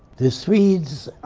the swedes